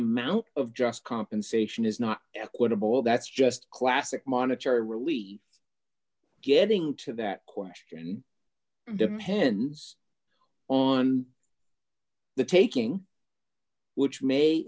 amount of just compensation is not equitable that's just classic monetary relief getting to that question depends on the taking which may